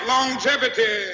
Longevity